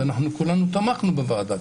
ואנחנו כולנו תמכנו בחוק בוועדה,